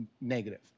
negative